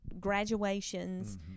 graduations